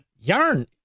yarn